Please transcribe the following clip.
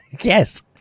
yes